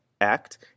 Act